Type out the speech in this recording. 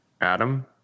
Adam